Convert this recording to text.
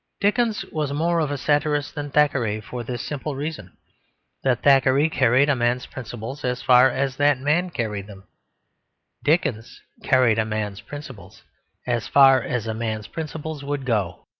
dickens was more of a satirist than thackeray for this simple reason that thackeray carried a man's principles as far as that man carried them dickens carried a man's principles as far as a man's principles would go.